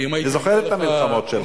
אני זוכר את המלחמות שלך.